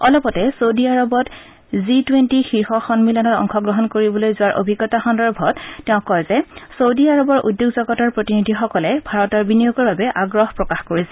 অলপতে চৌদি আৰবত G twenty শীৰ্ষ সম্মিলনত অংশগ্ৰহণ কৰিবলৈ যোৱাৰ অভিজ্ঞতা সন্দৰ্ভত তেওঁ কয় যে চৌদি আৰবৰ উদ্যোগ জগতৰ প্ৰতিনিধিসকলে ভাৰতত বিনিয়োগৰ বাবে আগ্ৰহ প্ৰকাশ কৰিছে